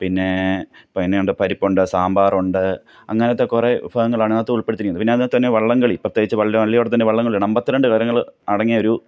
പിന്നേ പിന്നെയുണ്ട് പരിപ്പുണ്ട് സമ്പാറുണ്ട് അങ്ങനത്തെ കുറേ വിഭവങ്ങളാണ് ഇതിനകത്ത് ഉള്പ്പെടുത്തിയിരിക്കുന്നത് പിന്നെ അതിനകത്തുതന്നെ വള്ളംകളി പ്രത്യേകിച്ച് വള്ളിയോടത്തിന്റെ വള്ളംകളിയാണ് അമ്പത്തിരണ്ട് കരങ്ങൾ അടങ്ങിയൊരു